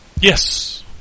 Yes